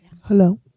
Hello